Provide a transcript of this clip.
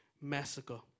massacre